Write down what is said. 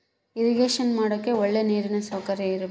irrigation ಮಾಡಕ್ಕೆ ಒಳ್ಳೆ ನೀರಿನ ಸೌಕರ್ಯ ಇರಬೇಕು